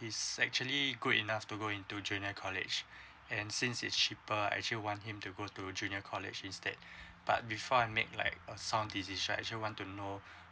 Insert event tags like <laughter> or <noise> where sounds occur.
he's actually good enough to go into junior college <breath> and since is cheaper actually want him to go to junior college instead <breath> but before I make like uh some decision actually I want to know <breath>